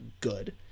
good